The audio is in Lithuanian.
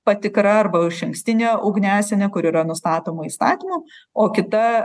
patikra arba išankstinė ugniasienė kur yra nustatoma įstatymu o kita